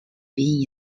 been